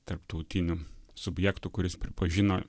tarptautinių subjektų kuris pripažino